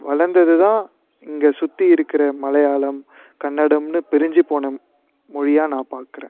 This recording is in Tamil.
வளர்ந்தது தான் இங்கே சுற்றி இருக்கிற மலையாளம் கன்னடம்ன்னு பிரிஞ்சு போன மொழியாக நான் பார்க்கறேன்